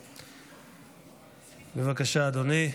בבקשה, אדוני,